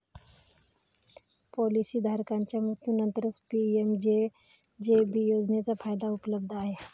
policy धारकाच्या मृत्यूनंतरच PMJJB योजनेचा फायदा उपलब्ध आहे